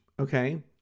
Okay